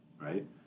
right